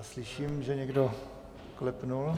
Slyším, že někdo klepnul.